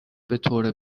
بطور